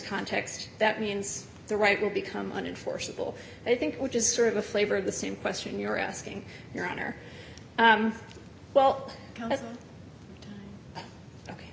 context that means the right will become unforeseeable i think which is sort of the flavor of the same question you're asking your honor well